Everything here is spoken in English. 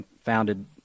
founded